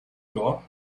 floor